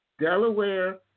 Delaware